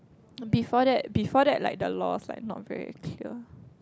before that before that like the laws like not very clear